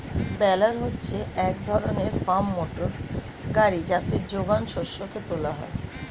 বেলার হচ্ছে এক ধরনের ফার্ম মোটর গাড়ি যাতে যোগান শস্যকে তোলা হয়